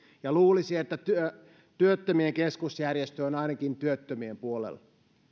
luulisi että ainakin työttömien keskusjärjestö on työttömien puolella